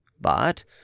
But